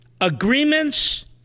agreements